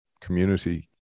community